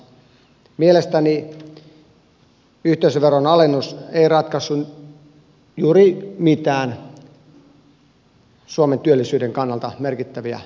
mielestäni yhteisöveron alennus ei ratkaissut juuri mitään suomen työllisyyden kannalta merkittäviä kysymyksiä